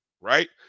right